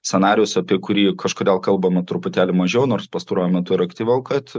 scenarijus apie kurį kažkodėl kalbama truputėlį mažiau nors pastaruoju metu ir aktyviau kad